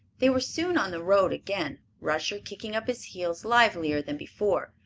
they were soon on the road again, rusher kicking up his heels livelier than before,